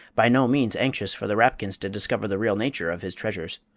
by no means anxious for the rapkins to discover the real nature of his treasures.